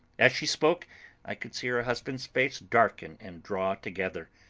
as she spoke i could see her husband's face darken and draw together,